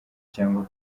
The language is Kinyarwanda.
cyangwa